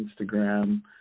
Instagram